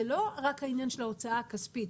זה לא רק העניין של ההוצאה הכספית,